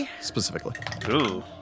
specifically